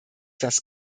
das